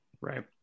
Right